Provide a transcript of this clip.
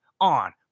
on